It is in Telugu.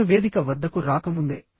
ప్రజలు వేదిక వద్దకు రాకముందే